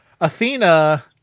Athena